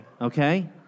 Okay